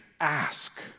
ask